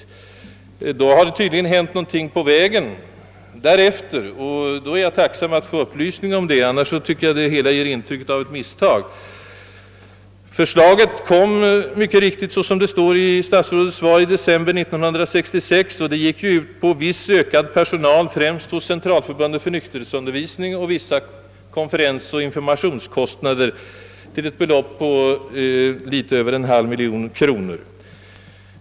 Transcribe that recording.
Tydligen har det hänt någonting på vägen, och i så fall är jag tacksam att få upplysning om det; annars ger statsrådets upplysning intryck av ett misstag. Arbetsgruppens förslag presenterades mycket riktigt, såsom statsrådet säger i sitt svar, i december 1966, och det avsåg viss ökad personal, främst hos Centralförbundet för nykterhetsundervisning, och vissa konferensoch informationskostnader till ett belopp av totalt litet över en halv miljon kronor.